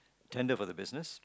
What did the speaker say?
tender for the business